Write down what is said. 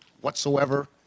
whatsoever